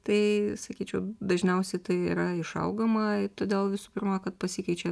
tai sakyčiau dažniausiai tai yra išaugama todėl visų pirma kad pasikeičia